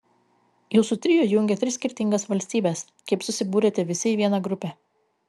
jūsų trio jungia tris skirtingas valstybes kaip susibūrėte visi į vieną grupę